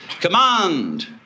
command